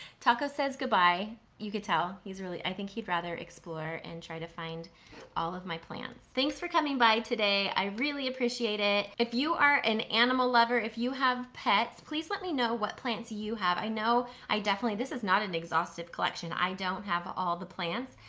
taco says goodbye, you could tell, i think he'd rather explore and try to find all of my plants. thanks for coming by today, i really appreciate it. if you are an animal lover, if you have pets, please let me know what plants you have. i know i definitely, this is not an exhaustive collection. i don't have all the plants,